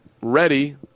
ready